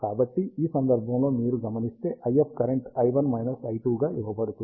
కాబట్టి ఈ సందర్భంలో మీరు గమనిస్తే IF కరెంట్ i1 i2 గా ఇవ్వబడుతుంది